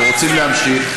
אנחנו רוצים להמשיך.